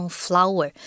flower